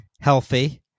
healthy